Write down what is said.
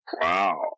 Wow